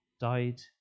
died